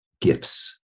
gifts